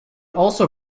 also